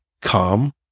calm